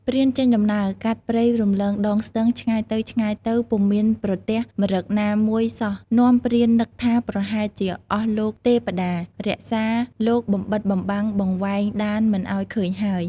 ព្រានចេញដំណើរ កាត់ព្រៃរំលងដងស្ទឹងឆ្ងាយទៅៗពុំមានប្រទះម្រឹគណាមួយសោះនាំព្រាននឹកថាប្រហែលជា អស់លោកទេព្តារក្សា លោកបំបិទបំបាំងបង្វែងដានមិនឱ្យឃើញហើយ។